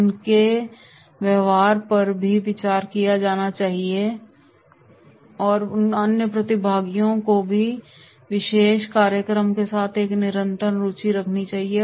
उनके व्यवहार पर भी विचार किया जाना चाहिए और अन्य प्रतिभागियों को भी विशेष कार्यक्रम के साथ एक निरंतर रुचि होनी चाहिए